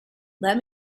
let